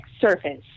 surface